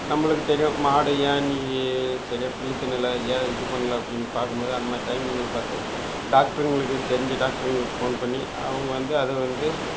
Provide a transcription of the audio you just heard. நம்மளுக்குத் தெரியும் மாடு ஏன் இன்னிக்கு சரியாக புல்லு தின்னலை ஏன் இது பண்ணல அப்படின்னு பார்க்கும்மோது அந்த மாதிரி டைமில் பார்த்து டாக்டருங்களுக்கு தெரிஞ்ச டாக்டருங்களுக்கு ஃபோன் பண்ணி அவங்க வந்து அதை வந்து